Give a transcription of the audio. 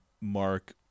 Mark